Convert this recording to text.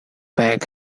back